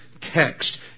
text